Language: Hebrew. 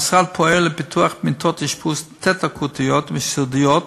המשרד פועל לפיתוח מיטות אשפוז תת-אקוטיות וסיעודיות,